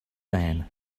man